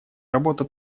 работа